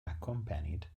accompanied